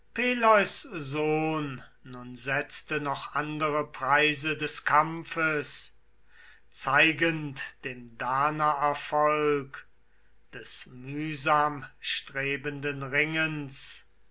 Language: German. nun setzte noch andere preise des kampfes zeigend dem danaervolk des mühsamstrebenden ringens